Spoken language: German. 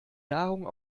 nahrung